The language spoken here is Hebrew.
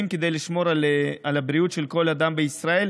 כדי לשמור על הבריאות של כל אדם בישראל,